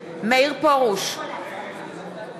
לגבות את המזונות שלהם מבני-הזוג שלהן לשעבר,